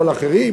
אבל אחרים